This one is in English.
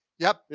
yup,